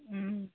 ও